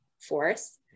force